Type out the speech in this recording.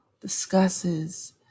discusses